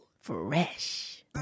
Fresh